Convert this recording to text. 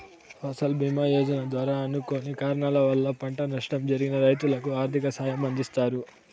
ఫసల్ భీమ యోజన ద్వారా అనుకోని కారణాల వల్ల పంట నష్టం జరిగిన రైతులకు ఆర్థిక సాయం అందిస్తారు